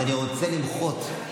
אז אני רוצה למחות.